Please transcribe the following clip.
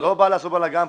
אני לא בא לעשות פה בלגן.